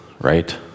right